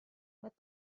what